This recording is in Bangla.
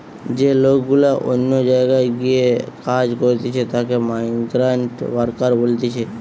যে লোক গুলা অন্য জায়গায় গিয়ে কাজ করতিছে তাকে মাইগ্রান্ট ওয়ার্কার বলতিছে